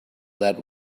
that